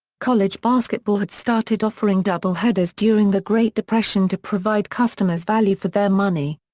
college basketball had started offering doubleheaders during the great depression to provide customers value for their money.